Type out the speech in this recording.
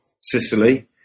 sicily